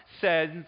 says